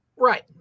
Right